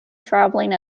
travelling